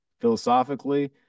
philosophically